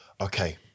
okay